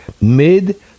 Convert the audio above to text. mid